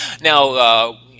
Now –